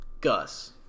Gus